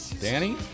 Danny